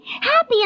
Happy